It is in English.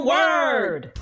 Word